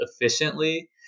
efficiently